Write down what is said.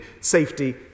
safety